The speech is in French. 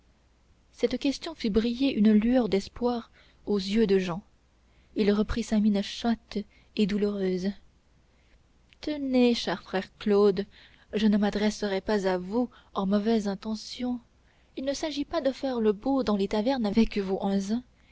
cette question fit briller une lueur d'espoir aux yeux de jehan il reprit sa mine chatte et doucereuse tenez cher frère claude je ne m'adresserais pas à vous en mauvaise intention il ne s'agit pas de faire le beau dans les tavernes avec vos unzains